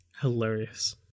hilarious